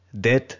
death